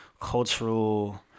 Cultural